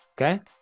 okay